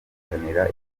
bahatanira